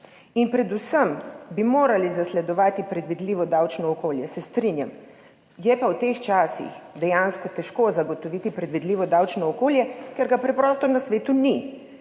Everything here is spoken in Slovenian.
Predvsem bi morali zasledovati predvidljivo davčno okolje, se strinjam, je pa v teh časih dejansko težko zagotoviti predvidljivo davčno okolje, ker ga preprosto na svetu ni